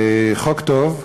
חוק טוב,